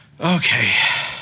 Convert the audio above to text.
Okay